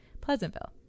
Pleasantville